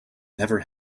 never